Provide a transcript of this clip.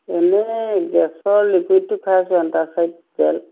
এনেই গেছৰ লিকুইডটো খাই আছোঁ এণ্টাচিড জেল